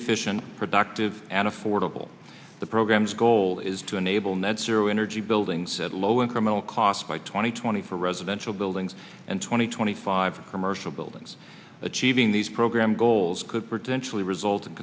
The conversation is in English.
efficient productive and affordable the program's goal is to enable net zero energy buildings at low incremental cost by two thousand and twenty for residential buildings and twenty twenty five commercial buildings achieving these program goals could potentially result